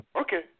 Okay